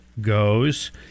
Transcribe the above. goes